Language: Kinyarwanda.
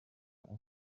afite